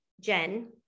jen